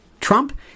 Trump